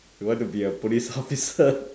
you want to be a police officer